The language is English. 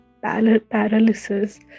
paralysis